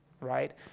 right